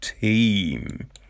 team